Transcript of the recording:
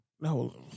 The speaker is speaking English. No